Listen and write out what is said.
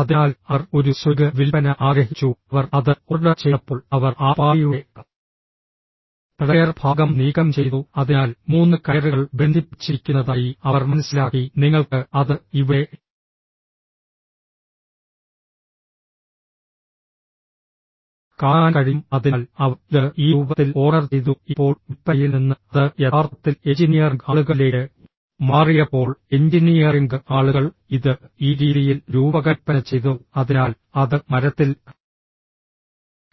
അതിനാൽ അവർ ഒരു സ്വിംഗ് വിൽപ്പന ആഗ്രഹിച്ചു അവർ അത് ഓർഡർ ചെയ്തപ്പോൾ അവർ ആ പാളിയുടെ ടയർ ഭാഗം നീക്കം ചെയ്തു അതിനാൽ മൂന്ന് കയറുകൾ ബന്ധിപ്പിച്ചിരിക്കുന്നതായി അവർ മനസ്സിലാക്കി നിങ്ങൾക്ക് അത് ഇവിടെ കാണാൻ കഴിയും അതിനാൽ അവർ ഇത് ഈ രൂപത്തിൽ ഓർഡർ ചെയ്തു ഇപ്പോൾ വിൽപ്പനയിൽ നിന്ന് അത് യഥാർത്ഥത്തിൽ എഞ്ചിനീയറിംഗ് ആളുകളിലേക്ക് മാറിയപ്പോൾ എഞ്ചിനീയറിംഗ് ആളുകൾ ഇത് ഈ രീതിയിൽ രൂപകൽപ്പന ചെയ്തു അതിനാൽ അത് മരത്തിൽ